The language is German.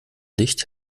licht